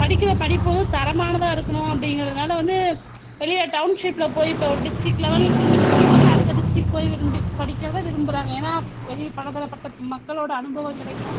படிக்கிற படிப்பு வந்து தரமானதாக இருக்கணும் அப்படிங்கிறதுனால வந்து வெளியே டவுன்ஷிப்பில் போய் இப்போ ஒரு டிஸ்ட்ரிக் லெவல் இந்த டிஸ்ட்ரிக்லருந்து அடுத்த டிஸ்ட்ரிக் போய் விரும்பி படிக்கிறதை விரும்புகிறாங்க ஏன்னால் வெளியே பல தரப்பட்ட மக்களோட அனுபவம் கிடைக்கும்